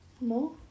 More